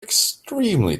extremely